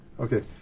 Okay